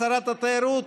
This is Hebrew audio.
שרת התיירות?